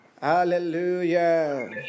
Hallelujah